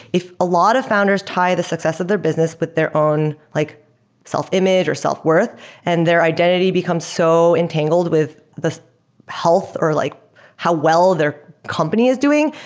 if a lot of founders tie the success of their business with their own like self-image or self-worth and their identity becomes so entangled with the health or like how well their company is doing,